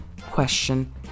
question